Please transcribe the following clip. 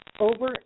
over